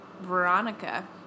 Veronica